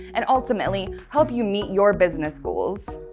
and, ultimately, help you meet your business goals.